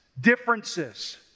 differences